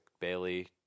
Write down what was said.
Bailey